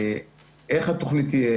איך התוכנית תהיה,